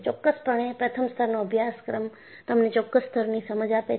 ચોક્કસપણે પ્રથમ સ્તરનો અભ્યાસક્રમ તમને ચોક્કસ સ્તરની સમજ આપે છે